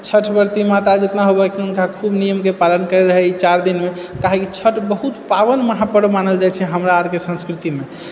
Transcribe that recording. छठ व्रती माता जितना होबै खिन हुनका खूब नियमके पालन करै रहै ई चारि दिनमे काहेकी छठ बहुत पाबनि महापर्व मानल जाइत छै हमरा आरके संस्कृतिमे